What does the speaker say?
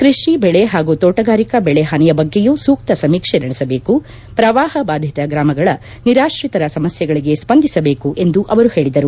ಕೃಷಿ ಬೆಳೆ ಹಾಗೂ ತೋಟಗಾರಿಕಾ ಬೆಳೆ ಹಾನಿಯ ಬಗ್ಗೆಯೂ ಸೂಕ್ತ ಸಮೀಕ್ಷೆ ನಡೆಸಬೇಕು ಪ್ರವಾಪ ಬಾಧಿತ ಗ್ರಾಮಗಳ ನಿರಾತ್ರಿತರ ಸಮಸ್ನೆಗಳಿಗೆ ಸ್ವಂದಿಸಬೇಕು ಎಂದು ಅವರು ಹೇಳಿದರು